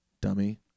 Dummy